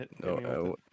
No